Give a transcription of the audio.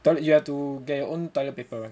but you have to get your own toilet paper